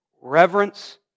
Reverence